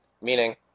Meaning